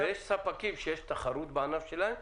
ויש ספקים שיש תחרות בענף שלהם.